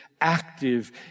active